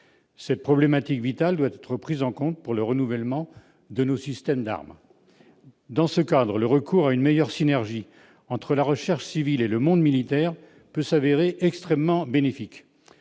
Cette problématique vitale doit être prise en compte pour le renouvellement de nos systèmes d'armes. Dans ce cadre, le recours à une meilleure synergie entre la recherche civile et le monde militaire peut se révéler extrêmement bénéfique.